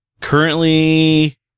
currently